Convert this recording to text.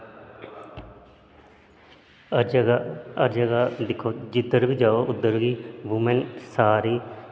हर जगह हर जगह् दिक्खो जिद्धर बी जाओ उद्धर ही वूमेन सारी